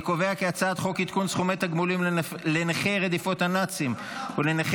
הצעת חוק עדכון סכומי תגמולים לנכי רדיפות הנאצים ולנכי